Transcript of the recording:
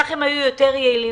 כך הם היו יותר יעילים.